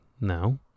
now